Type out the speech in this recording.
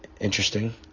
interesting